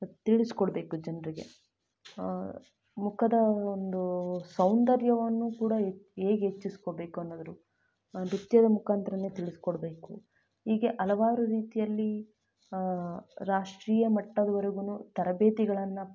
ತಿಳಿಸ್ಕೊಡ್ಬೇಕು ಜನರಿಗೆ ಮುಖದ ಒಂದು ಸೌಂದರ್ಯವನ್ನು ಕೂಡ ಹೇಗ್ ಹೆಚ್ಚಿಸ್ಕೋಬೇಕು ಅನ್ನೋದ್ರ ನೃತ್ಯದ ಮುಖಾಂತರನೇ ತಿಳಿಸಿಕೊಡ್ಬೇಕು ಹೀಗೆ ಹಲವಾರು ರೀತಿಯಲ್ಲಿ ರಾಷ್ಟ್ರೀಯ ಮಟ್ಟದ್ವರ್ಗು ತರಬೇತಿಗಳನ್ನು